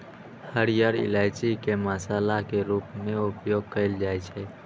हरियर इलायची के मसाला के रूप मे उपयोग कैल जाइ छै